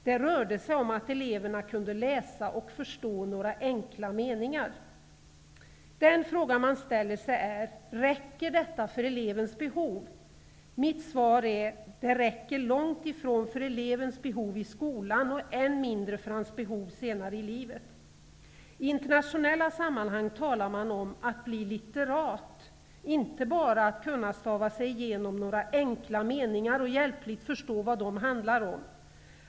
Det rörde sig om att eleverna kunde läsa och förstå några enkla meningar. Den fråga man ställer sig är: Räcker detta för elevens behov? Mitt svar är att det långtifrån räcker för elevens behov i skolan och än mindre för hans behov senare i livet. I internationella sammanhang talar man om att bli litterat, inte bara att kunna stava sig igenom några enkla meningar och hjälpligt förstå vad de handlar om.